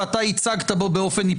ואתה ייצגת בו באופן היפותטי.